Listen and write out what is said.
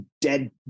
dead